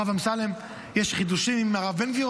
הרב אמסלם, יש חידושים עם הרב בן גביר?